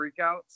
freakouts